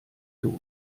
doof